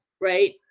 Right